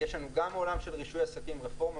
יש לנו גם בעולם של רישוי עסקים רפורמה